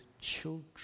children